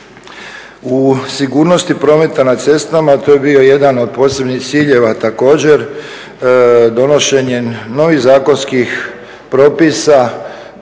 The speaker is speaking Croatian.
U sigurnosti prometa na cestama to je bio jedan od posebnih ciljeva također, donošenjem novih zakonskih propisa